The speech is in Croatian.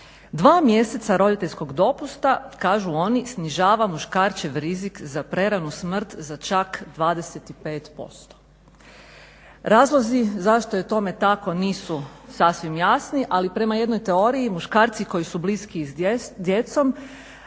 2 mjeseca roditeljskog dopusta kažu oni snižava muškarčev rizik za preranu smrt za čak 25%. Razlozi zašto je tome tako nisu sasvim jasni ali prema jednoj teoriji muškarci koji su bliskiji s djecom